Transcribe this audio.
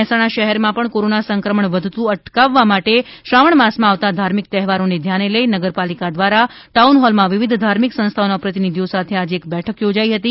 મહેસાણા શહેરમાં કોરોના સંક્રમણ વધતું જતું અટકાવવા માટે શ્રાવણ માસમાં આવતાં ધાર્મિક તહેવારોને ધ્યાને લઈ નગરપાલીકા દ્રારા ટાઉન હોલમાં વિવિધ ધાર્મિક સંસ્થાઓના પ્રતિનિધિઓ સાથે બેઠક યોજાઈ હતી